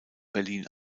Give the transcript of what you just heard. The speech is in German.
berlin